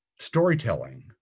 storytelling